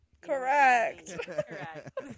Correct